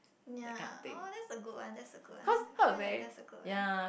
ya oh that's a good one that's a good one sure like that's a good one